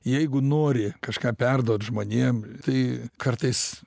jeigu nori kažką perduot žmonėm tai kartais